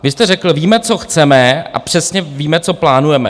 Vy jste řekl, víme, co chceme, a přesně víme, co plánujeme.